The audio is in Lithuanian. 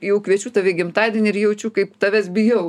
jau kviečiu tave į gimtadienį ir jaučiu kaip tavęs bijau